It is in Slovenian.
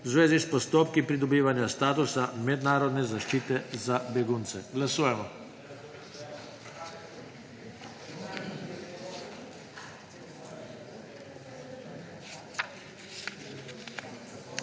v zvezi s postopki pridobivanja statusa mednarodne zaščite za begunce. Glasujemo.